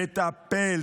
תטפל,